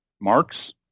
marks